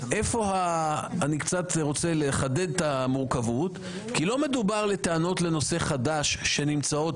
אני רוצה לחדד את המורכבות כי לא מדובר על טענות לנושא חדש שנמצאות